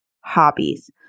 hobbies